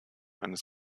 eines